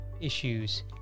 issues